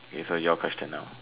okay so your question now